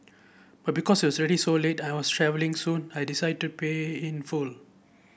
but because it was already so late and I was travelling soon I decided to pay in full